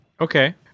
Okay